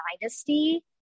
dynasty